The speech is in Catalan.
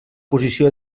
posició